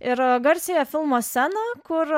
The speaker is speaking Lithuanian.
ir garsiąją filmo sceną kur